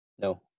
No